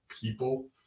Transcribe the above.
people